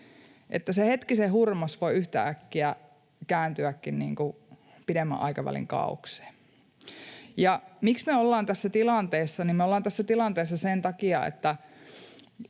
että se hetkisen hurmos voi yhtäkkiä kääntyäkin pidemmän aikavälin kaaokseen. Miksi me ollaan tässä tilanteessa? Me ollaan tässä tilanteessa sen takia, että